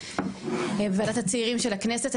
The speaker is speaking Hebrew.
בוועדת הצעירים של הכנסת.